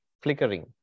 flickering